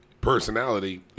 personality